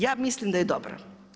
Ja mislim da je dobro.